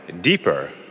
deeper